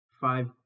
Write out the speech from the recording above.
five